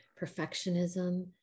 perfectionism